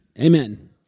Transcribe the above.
Amen